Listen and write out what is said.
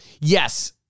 Yes